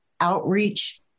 outreach